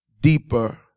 deeper